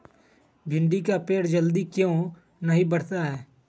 भिंडी का पेड़ जल्दी क्यों नहीं बढ़ता हैं?